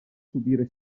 subire